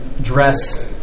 dress